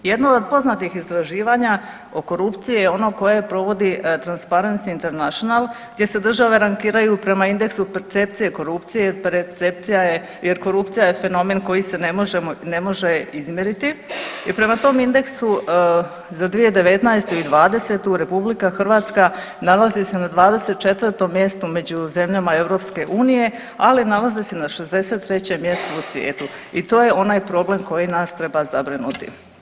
Jedno od poznatih istraživanja o korupciji je ono koje provodi Transparency International gdje se države rangiraju prema indeksu percepcije korupcije, percepcija je jer korupcija je fenomen koji se ne može izmjeriti i prema tom indeksu za 2019. i '20.-tu RH nalazi se na 24. mjestu među zemljama EU, ali nalazi se na 63. mjestu u svijetu i to je onaj problem koji nas treba zabrinuti.